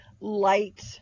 light